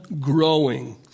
growing